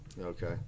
Okay